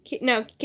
No